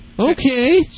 Okay